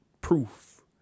proof